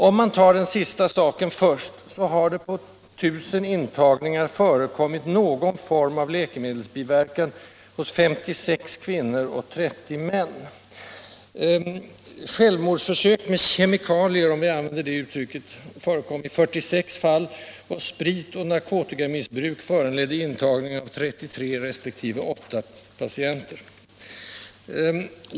Om man tar den senare undersökningen först, har det på 1000 intagningar förekommit någon form av läkemedelsbiverkan hos 56 kvinnor och 30 män. Självmordsförsök med kemikalier, om vi får använda det uttrycket, förekom i 46 fall, och spritoch narkotikamissbruk föranledde intagningar av 33 resp. 8 patienter.